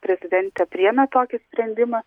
prezidentė priėmė tokį sprendimą